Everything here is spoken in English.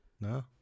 No